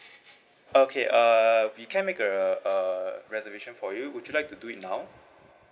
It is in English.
okay uh we can make a a reservation for you would you like to do it now